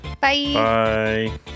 bye